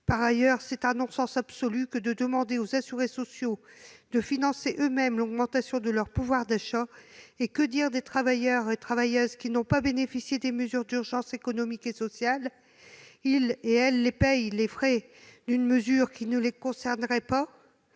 Par ailleurs, c'est un non-sens absolu que de demander aux assurés sociaux de financer eux-mêmes l'augmentation de leur pouvoir d'achat, sans parler des travailleurs et travailleuses qui n'ont pas bénéficié des mesures d'urgence économiques et sociales ; ceux-ci paient les frais d'une mesure qui ne les concerne pas !